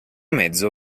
mezzo